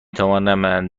توانم